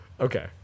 Okay